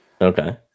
okay